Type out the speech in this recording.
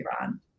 iran